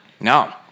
No